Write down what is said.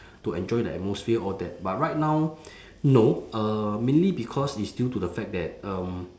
to enjoy the atmosphere all that but right now no uh mainly because it's due to the fact that um